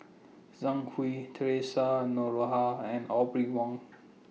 Zhang Hui Theresa Noronha and Audrey Wong